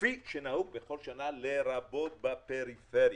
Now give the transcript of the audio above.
כפי שנהוג בכל שנה, לרבות בפריפריה.